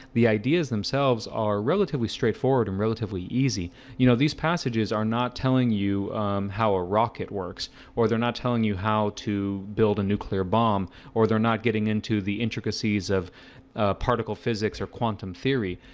the ideas themselves are relatively straightforward and relatively easy you know these passages are not telling you how a rocket works or they're not telling you how to build a nuclear bomb or they're not getting into the intricacies of particle physics or quantum theory.